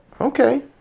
Okay